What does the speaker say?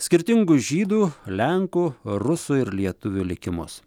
skirtingus žydų lenkų rusų ir lietuvių likimus